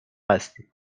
هستید